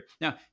Now